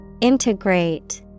Integrate